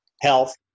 Health